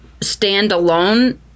standalone